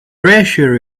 reassure